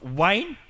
wine